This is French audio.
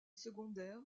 secondaire